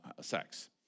sex